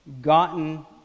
gotten